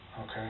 Okay